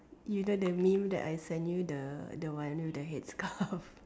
you know the meme that I send you the the one with the headscarf